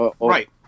Right